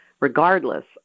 regardless